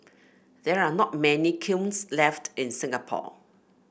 there are not many kilns left in Singapore